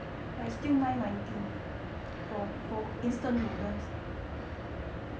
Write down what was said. but it's still nine ninety for instant noodles